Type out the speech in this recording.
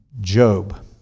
Job